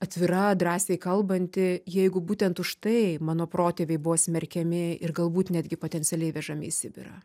atvira drąsiai kalbanti jeigu būtent už tai mano protėviai buvo smerkiami ir galbūt netgi potencialiai vežami į sibirą